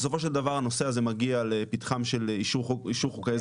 בסופו של דבר הנושא הזה מגיע לפתחם של אישור חוקי עזר.